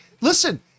listen